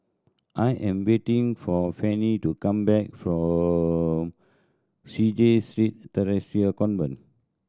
I am waiting for Fanny to come back from CHIJ Street Theresa Convent